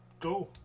go